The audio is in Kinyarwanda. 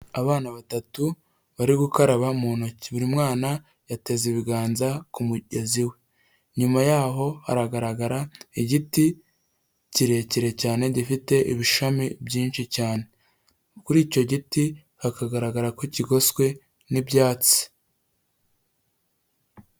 Abana batatu bari gukaraba mu ntoki buri mwana yateze ibiganza ku mugezi we, inyuma yaho hagaragara igiti kirekire cyane gifite ibishami byinshi cyane, kuri icyo giti hakagaragara ko kigoswe n'ibyatsi.